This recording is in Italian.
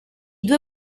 due